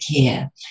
care